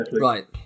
Right